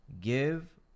give